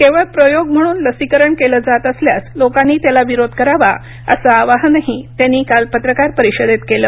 केवळ प्रयोग म्हणून लसीकरण केले जात असल्यास लोकांनी त्याला विरोध करावा असं आवाहनही त्यांनी काल पत्रकार परिषदेत केलं